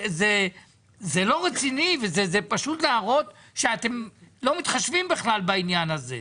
זה לא רציני וזה פשוט להראות שאתם לא מתחשבים בכלל בעניין הזה.